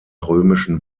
römischen